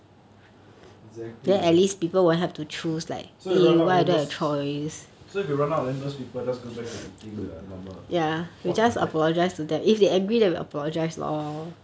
exactly so if run out then those so if they run out then those people just go back to eating the normal ah what the heck